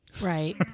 Right